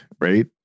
right